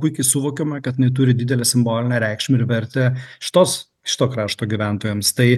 puikiai suvokiame kad jinai turi didelę simbolinę reikšmę ir vertę šitos šito krašto gyventojams tai